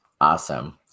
Awesome